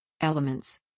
Elements